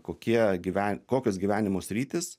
kokie gyven kokios gyvenimo sritys